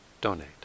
donate